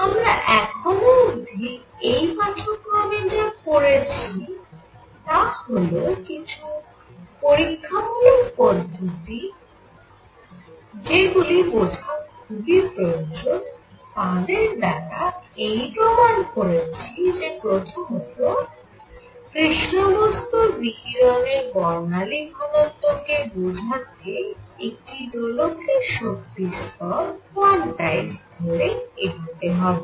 আমরা এখনো অবধি এই পাঠক্রমে যা করেছি তা হল কিছু পরীক্ষামূলক পদ্ধতি যেগুলি বোঝা খুবই প্রয়োজনীয় তাদের দ্বারা এই প্রমাণ করেছি যে প্রথমত কৃষ্ণ বস্তুর বিকিরণের বর্ণালী ঘনত্ব কে বোঝাতে একটি দোলকের শক্তি স্তর কোয়ান্টাইজড ধরে এগোতে হবে